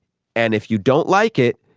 and if you don't like it,